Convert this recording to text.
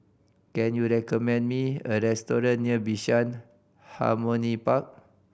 can you recommend me a restaurant near Bishan Harmony Park